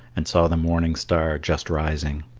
and saw the morning star just rising.